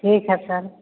ठीक है सर